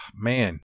Man